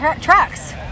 trucks